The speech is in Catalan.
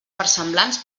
versemblants